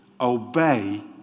Obey